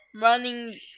Running